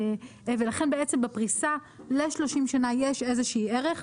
ולכן בעצם בפריסה ל-30 שנה יש איזה שהוא ערך.